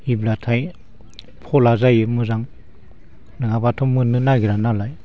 अब्लाथाय फला जायो मोजां नङाबाथ' मोननो नागिरा नालाय